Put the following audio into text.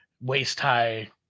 waist-high